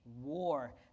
war